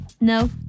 No